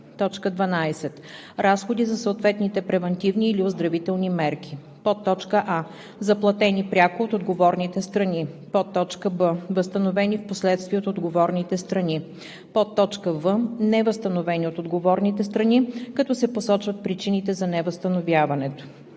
12. разходи за съответните превантивни или оздравителни мерки: а) заплатени пряко от отговорните страни; б) възстановени впоследствие от отговорните страни; в) невъзстановени от отговорните страни, като се посочват причините за невъзстановяването.